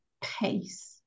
pace